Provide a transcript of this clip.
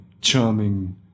charming